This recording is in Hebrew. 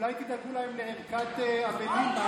אולי תדאגו להם לערכת אבלים.